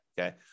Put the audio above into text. Okay